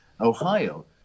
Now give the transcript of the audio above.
Ohio